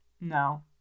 no